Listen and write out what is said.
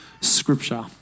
scripture